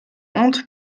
honte